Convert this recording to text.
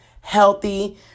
healthy